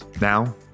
now